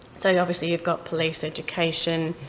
so obviously you've got police, education,